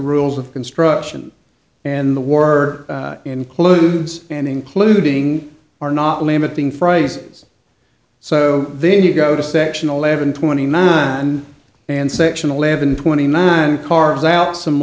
rules of construction and the war includes and including are not limiting phrases so then you go to section eleven twenty nine and section eleven twenty nine cars out some